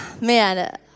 Man